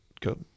go